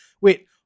wait